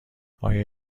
آیا